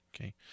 Okay